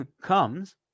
comes